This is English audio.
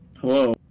Hello